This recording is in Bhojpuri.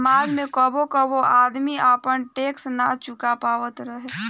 समाज में कबो कबो आदमी आपन टैक्स ना चूका पावत रहे